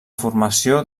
formació